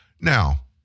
Now